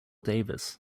davis